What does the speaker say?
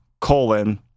colon